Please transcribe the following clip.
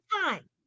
time